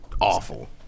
awful